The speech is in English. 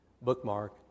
bookmark